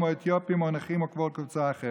כמו האתיופים או הנכים או כל קבוצה אחרת.